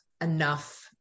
enough